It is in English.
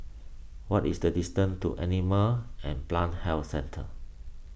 what is the distance to Animal and Plant Health Centre